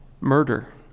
murder